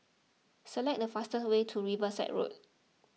select the fastest way to Riverside Road